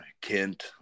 Kent